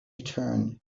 return